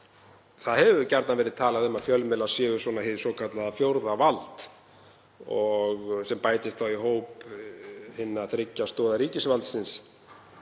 Það hefur gjarnan verið talað um að fjölmiðlar séu hið svokallaða fjórða vald sem bætist í hóp hinna þriggja stoða ríkisvaldsins;